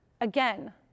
Again